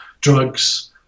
drugs